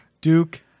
Duke